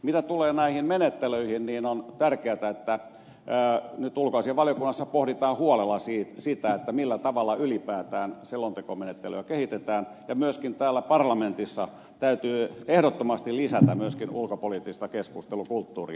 mitä tulee näihin menettelyihin niin on tärkeätä että nyt ulkoasiainvaliokunnassa pohditaan huolella sitä millä tavalla ylipäätään selontekomenettelyä kehitetään ja myöskin täällä parlamentissa täytyy ehdottomasti lisätä ulkopoliittista keskustelukulttuuria